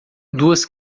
duas